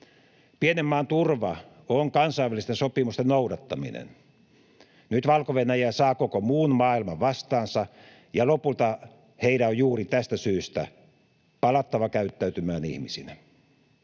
Pienen maan turva on kansainvälisten sopimusten noudattaminen. Nyt Valko-Venäjä saa koko muun maailman vastaansa, ja lopulta heidän on juuri tästä syystä palattava käyttäytymään ihmisinä.